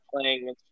playing